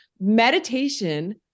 Meditation